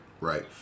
right